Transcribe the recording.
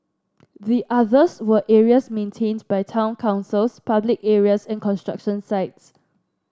the others were areas maintained by town councils public areas and construction sites